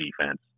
defense